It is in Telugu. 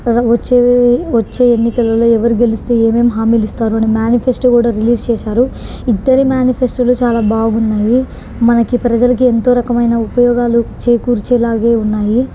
వచ్చే వచ్చే ఎన్నికలలో ఎవరు గెలిస్తే ఏమేమి హామీలిస్తారో అని మ్యానిఫెస్టో కూడా రిలీజ్ చేసారు ఇద్దరి మ్యానిఫెస్టోలు చాలా బాగున్నాయి మనకి ప్రజలకి ఎంతో రకమైన ఉపయోగాలు చేకూర్చేలాగే ఉన్నాయి